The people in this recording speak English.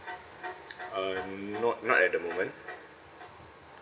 uh not not at the moment